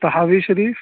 Tahawi Sharif